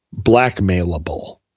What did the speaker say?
blackmailable